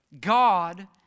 God